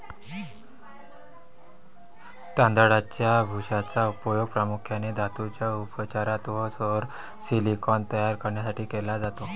तांदळाच्या भुशाचा उपयोग प्रामुख्याने धातूंच्या उपचारात व सौर सिलिकॉन तयार करण्यासाठी केला जातो